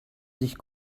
sich